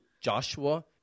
Joshua